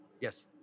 Yes